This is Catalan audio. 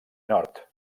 nord